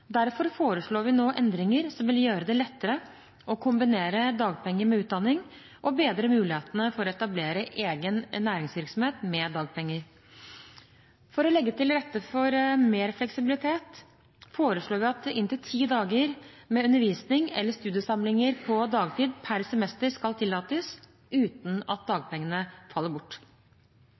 Derfor foreslår vi nå endringer som vil gjøre det lettere å kombinere dagpenger med utdanning og bedre mulighetene for å etablere egen næringsvirksomhet med dagpenger. For å legge til rette for mer fleksibilitet foreslår vi at inntil ti dager med undervisning eller studiesamlinger på dagtid per semester skal tillates uten at dagpengene faller bort.